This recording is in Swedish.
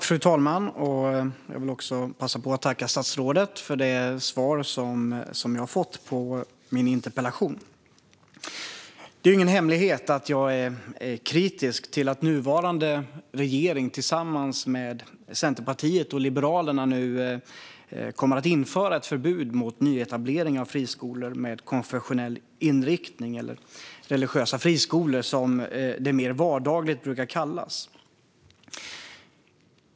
Fru talman! Jag vill passa på att tacka statsrådet för det svar som jag har fått på min interpellation. Det är ingen hemlighet att jag är kritisk till att nuvarande regering tillsammans med Centerpartiet och Liberalerna nu kommer att införa ett förbud mot nyetablering av friskolor med konfessionell inriktning, eller religiösa friskolor som det mer vardagligt brukar kallas.